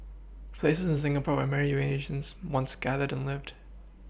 places in Singapore where many Eurasians once gathered and lived